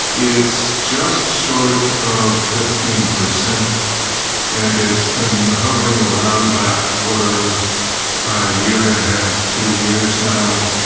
it's just short of fifteen per cent and it's been hovering around that for a year and a half, two years now.